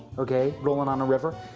okay? rolling on a river.